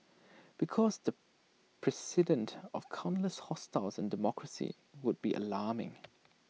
because the precedent of common less hostiles in democracy would be alarming